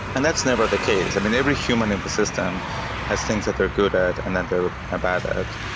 and that's never the case. i mean, every human in the system has things that they're good at and that they're ah bad at.